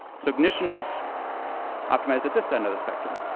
so ignition is optimized at this end of the spectrum.